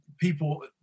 people